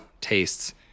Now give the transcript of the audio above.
tastes